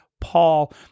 Paul